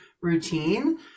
routine